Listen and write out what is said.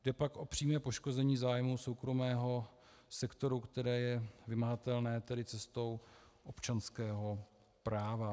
Jde pak o přímé poškození zájmu soukromého sektoru, které je vymahatelné, tedy cestou občanského práva.